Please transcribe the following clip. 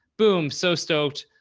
boom, so stoked,